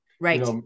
right